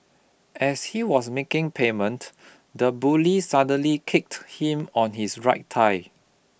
as he was making payment the bully suddenly kicked him on his right thigh